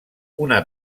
una